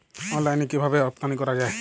অনলাইনে কিভাবে রপ্তানি করা যায়?